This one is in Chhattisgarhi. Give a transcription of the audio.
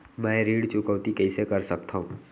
मैं ऋण चुकौती कइसे कर सकथव?